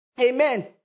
Amen